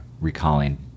recalling